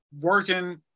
working